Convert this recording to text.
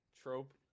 trope